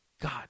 God